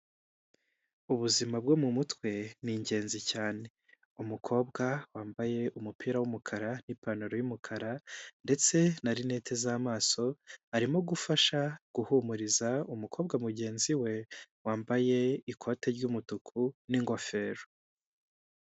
Ubuzima bwo mu mutwe ni ingenzi cyane, umukobwa wambaye umupira w'umukara n'ipantaro y'umukara ndetse na luneti z'amaso arimo gufasha guhumuriza umukobwa mugenzi we wambaye ikote ry'umutuku n'ingofero.